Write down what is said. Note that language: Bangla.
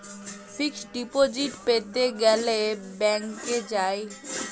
ফিক্সড ডিপজিট প্যাতে গ্যালে ব্যাংকে যায়